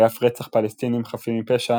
ואף רצח פלסטינים חפים מפשע,